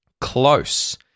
Close